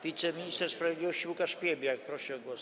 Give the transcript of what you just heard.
Wiceminister sprawiedliwości Łukasz Piebiak prosi o głos.